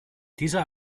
dieser